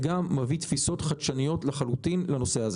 הוא גם מביא תפיסות חדשניות לחלוטין לנושא הזה.